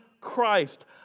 Christ